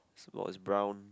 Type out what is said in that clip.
is brown